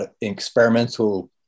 experimental